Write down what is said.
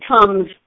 becomes